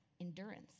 Endurance